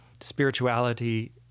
spirituality